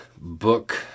book